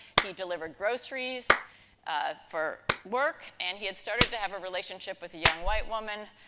he delivered groceries for work and he had started to have a relationship with a young white woman.